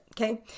okay